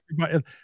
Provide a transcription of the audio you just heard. everybody